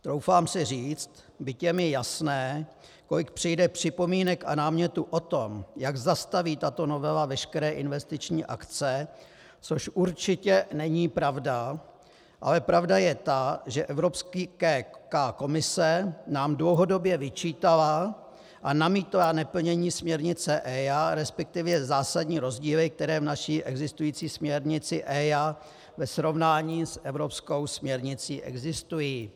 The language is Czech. Troufám si říct, byť je mi jasné, kolik přijde připomínek a námětů o tom, jak zastaví tato novela veškeré investiční akce, což určitě není pravda, ale pravda je ta, že Evropská komise nám dlouhodobě vyčítala a namítla neplnění směrnice EIA, respektive zásadní rozdíly, které v naší existující směrnici EIA ve srovnání s evropskou směrnicí existují.